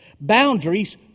Boundaries